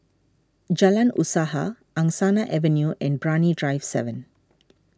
Jalan Usaha Angsana Avenue and Brani Drive seven